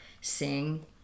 sing